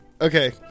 Okay